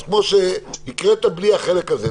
אז, זה כמו שהקראת בלי החלק הזה.